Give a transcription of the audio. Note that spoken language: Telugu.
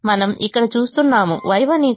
మనము ఇక్కడ చూస్తున్నాము Y1 2 Y1 2